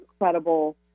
incredible